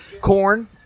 Corn